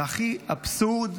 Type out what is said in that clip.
והכי אבסורד,